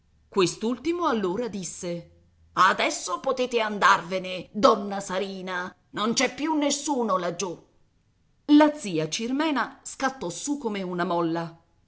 quest'ultimo allora disse adesso potete andarvene donna sarina non c'è più nessuno laggiù la zia cirmena scattò su come una molla